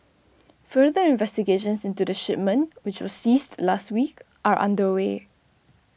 further investigations into the shipment which was seized last week are underway